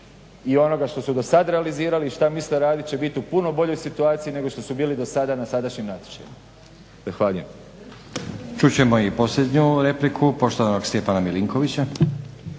i onoga što su dosad realizirali i što misle raditi će biti u puno boljoj situaciji nego što su bili dosada na sadašnjim natječajima. Zahvaljujem. **Stazić, Nenad (SDP)** Čut ćemo i posljednju repliku poštovanog Stjepana Milinkovića.